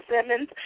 Simmons